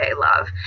love